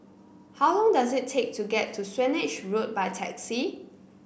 how long does it take to get to Swanage Road by taxi